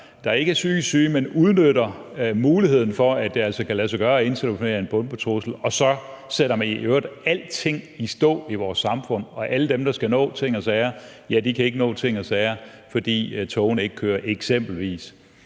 der ikke er psykisk syge, men som udnytter muligheden for, at det altså kan lade sig gøre at indtelefonere en bombetrussel, og så sætter man i øvrigt alting i stå i vores samfund, og alle dem, der skal nå ting og sager, kan ikke nå ting og sager, fordi togene eksempelvis